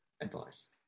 advice